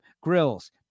grills